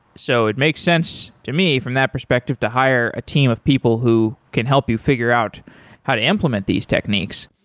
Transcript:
so it makes sense to me from that perspective to hire a team of people who can help you figure out how to implement these techniques.